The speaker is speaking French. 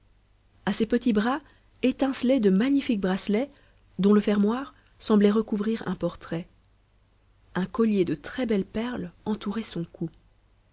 a ses petits bras étincelaient de magnifiques bracelets dont le fermoir semblait recouvrir un portrait un collier de très belles perles entourait son cou